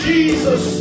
Jesus